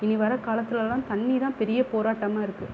இனி வர காலத்துலெலாம் தண்ணி தான் பெரிய போராட்டமாக இருக்குது